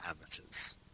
amateurs